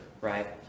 right